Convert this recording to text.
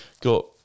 got